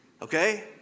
Okay